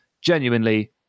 Genuinely